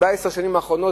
בעשר השנים האחרונות,